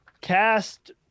Cast